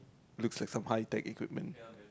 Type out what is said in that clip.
look as some high tech equipment